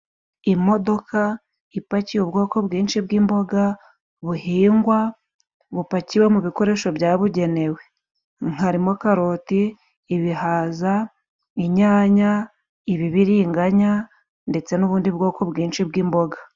Imodoka ipakiye ubwoko bwinshi bw'imboga buhingwa, bupakiwe mu bikoresho byabugenewe harimo karoti, ibihaza, inyanya, ibibiringanya ndetse n'ubundi bwoko bwinshi bw'imboga.